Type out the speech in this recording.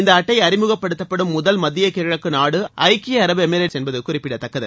இந்த அட்டை அறிமுகப்படுத்தப்படும் முதல் மத்திய கிழக்கு நாடு ஐக்கிய அரபு எமிரேட்ஸ் என்பது குறிப்பிடதக்கது